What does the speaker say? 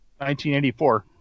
1984